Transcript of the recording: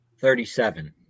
Thirty-seven